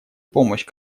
помощь